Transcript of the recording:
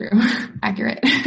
accurate